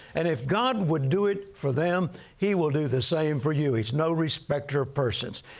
and if god would do it for them, he will do the same for you. he's no respecter of persons.